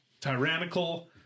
tyrannical